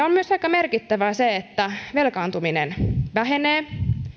on myös aika merkittävää se että velkaantuminen vähenee